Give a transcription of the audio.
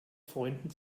freunden